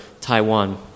Taiwan